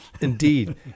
Indeed